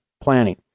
planning